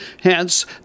hence